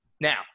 Now